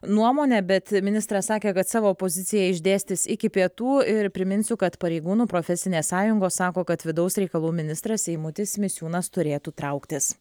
nuomonę bet ministras sakė kad savo poziciją išdėstys iki pietų ir priminsiu kad pareigūnų profesinės sąjungos sako kad vidaus reikalų ministras eimutis misiūnas turėtų trauktis